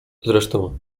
zresztą